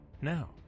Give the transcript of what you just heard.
Now